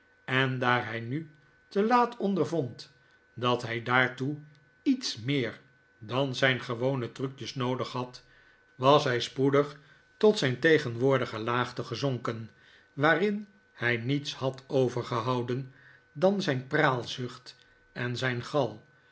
en daar hij nu te laat pndervond dat hij daartoe iets meer dan zijn gewone trucjes noodig had was hij spoedig tot zijn tegenwoordige laagte gezonken waar in hij niets had overgehouden dan zijn praalzucht en zijn gal